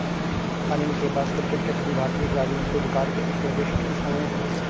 अनिल के पास क्रिकेट के सभी भारतीय खिलाडियों के रिकॉर्ड के स्टेटिस्टिक्स है